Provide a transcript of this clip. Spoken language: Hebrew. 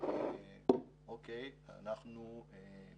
משותפת ומתואמת שתאפשר טיפול מיטבי לנפגעי חרדה בעתות חירום.